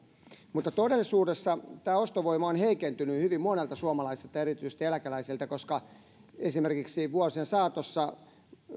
todellisuudessa ostovoima on heikentynyt hyvin monelta suomalaiselta ja erityisesti eläkeläiseltä koska vuosien saatossa esimerkiksi